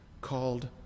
called